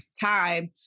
time